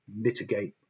mitigate